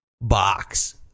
box